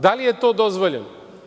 Da li je to dozvoljeno?